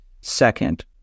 second